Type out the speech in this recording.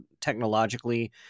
technologically